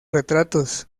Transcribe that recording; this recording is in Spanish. retratos